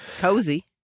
Cozy